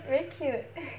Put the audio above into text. very cute